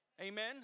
Amen